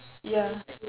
ya